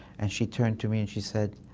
and she turned to me and she said,